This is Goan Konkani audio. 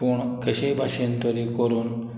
पूण केशेय भाशेन तोरी करून